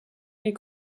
les